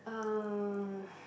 uh